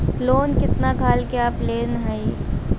Loan कितना खाल के आप लेत हईन?